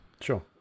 Sure